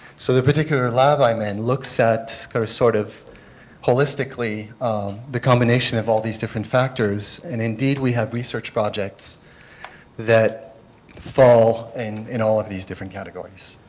so the particular lab i am in and looks at sort of holistically the combination of all these different factors and indeed we have research projects that fall in in all of these different categories.